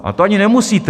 A to ani nemusíte!